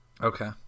okay